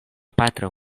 patro